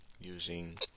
using